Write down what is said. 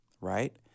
right